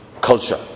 culture